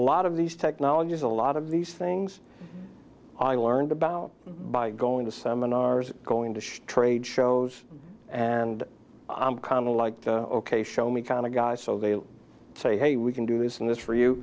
lot of these technologies a lot of these things i learned about by going to seminars going to show trade shows and i'm kind of like ok show me kind of guy so they say hey we can do this and this for you